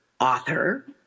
Author